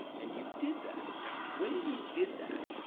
and you did that. yeah when you did that,